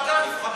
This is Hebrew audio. רק על הנבחרים.